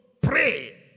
Pray